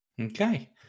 Okay